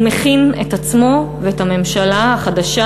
הוא מכין את עצמו ואת הממשלה החדשה